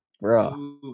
bro